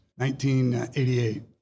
1988